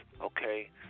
Okay